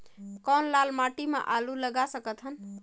कौन लाल माटी म आलू लगा सकत हन?